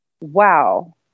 wow